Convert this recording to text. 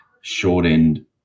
short-end